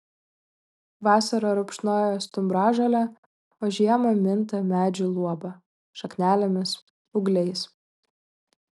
vasarą rupšnoja stumbražolę o žiemą minta medžių luoba šaknelėmis ūgliais